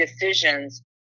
decisions